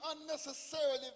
unnecessarily